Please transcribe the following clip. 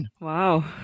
Wow